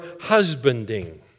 husbanding